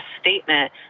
statement